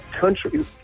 country